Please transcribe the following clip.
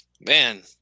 Man